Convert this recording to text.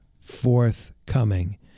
forthcoming